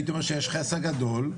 הייתי אומר שיש חסר גדול,